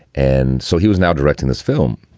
and so he was now directing this film.